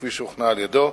כפי שהוכנה על-ידו.